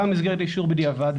גם במסגרת האישור בדיעבד,